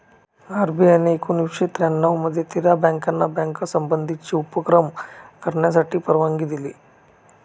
RBI ने एकोणावीसशे त्र्यानऊ मध्ये तेरा बँकाना बँक संबंधीचे उपक्रम करण्यासाठी परवानगी दिली